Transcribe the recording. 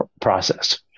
process